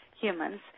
humans